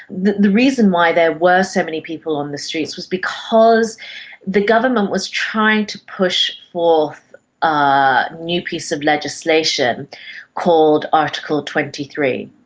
the the reason why there were so many people on the streets was because the government was trying to push forth a new piece of legislation called article twenty three,